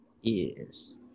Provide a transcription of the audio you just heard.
Yes